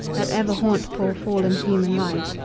that ever haunt poor fallen human lives,